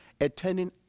attending